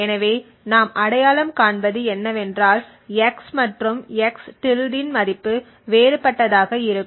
எனவே நாம் அடையாளம் காண்பது என்னவென்றால் x மற்றும் x இன் மதிப்பு வேறுபட்டதாக இருக்கும்